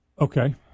Okay